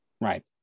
Right